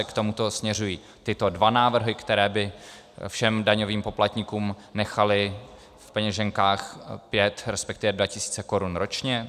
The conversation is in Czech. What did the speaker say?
K tomuto směřují tyto dva návrhy, které by všem daňovým poplatníkům nechaly v peněženkách 5, respektive 2 tisíce korun ročně.